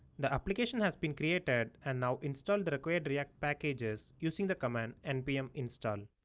the application has been created and now installed the required react packages using the command npm install.